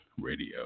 Radio